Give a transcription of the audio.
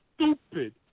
stupid